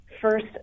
first